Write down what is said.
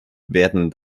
werden